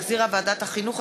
שהחזירה ועדת החינוך,